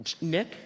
Nick